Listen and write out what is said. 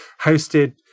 hosted